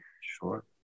sure